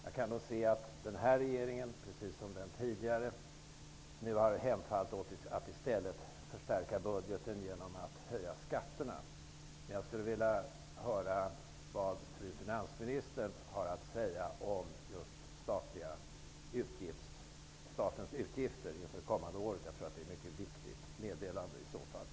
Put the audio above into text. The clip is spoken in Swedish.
Jag kan se att denna regering. precis som den tidigare, nu har hemfallit åt att i stället förstärka budgeten genom att höja skatterna. Jag skulle vilja höra vad fru finansministern har att säga om just statens utgifter inför det kommande året. Jag tror att det skulle vara ett mycket viktigt meddelande.